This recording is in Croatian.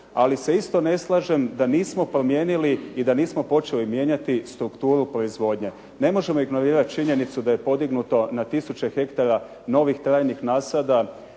Ali se isto ne slažem da nismo promijenili i da nismo počeli mijenjati strukturu proizvodnje. Ne možemo ignorirati činjenicu da je podignuto na tisuće hektara novih trajnih nasada,